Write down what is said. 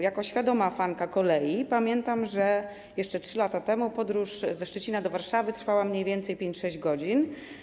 Jako świadoma fanka kolei pamiętam, że jeszcze 3 lata temu podróż ze Szczecina do Warszawy trwała mniej więcej 5–6 godzin.